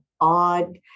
odd